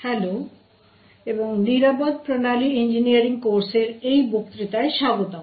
hello এবং secure system engineering কোর্সের এই বক্তৃতায় স্বাগতম